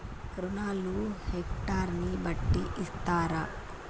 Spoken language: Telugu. రుణాలు హెక్టర్ ని బట్టి ఇస్తారా?